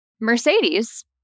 Mercedes